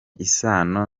isano